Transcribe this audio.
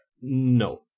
No